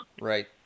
right